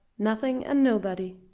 nothing and nobody!